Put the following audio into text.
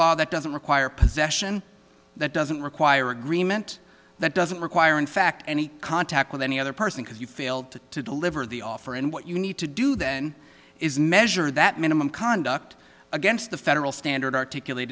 law that doesn't require possession that doesn't require agreement that doesn't require in fact any contact with any other person because you failed to deliver the for and what you need to do then is measure that minimum conduct against the federal standard articulate